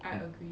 I agree